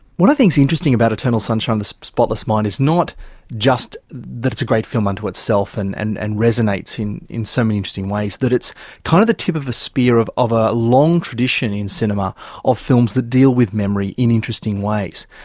what i think is interesting about eternal sunshine of the spotless mind is not just that it's a great film unto itself and and and resonates in in so many interesting ways, that it's kind of the tip of a spear of of a long tradition in cinema of films that deal with memory in interesting ways,